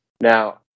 Now